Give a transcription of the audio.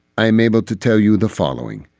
i am able to tell you the following.